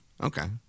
Okay